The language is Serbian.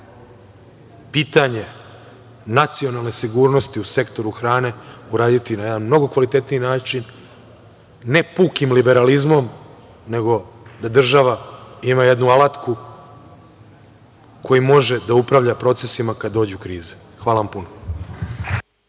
pitanje nacionalne sigurnosti u sektoru hrane urediti na jedan mnogo kvalitetniji način, ne pukim liberalizmom, nego da država ima jednu alatku kojom može da upravlja procesima kad dođe do krize. Hvala vam puno.